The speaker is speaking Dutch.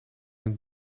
een